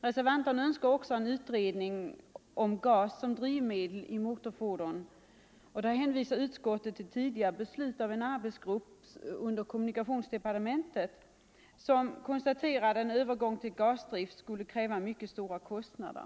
Reservanterna önskar också en utredning om gas som drivmedel i motorfordon. I det fallet hänvisar utskottet till ett tidigare uttalande av en arbetsgrupp i kommunikationsdepartementet, som konstaterat att en övergång till gasdrift skulle kräva mycket stora kostnader.